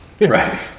Right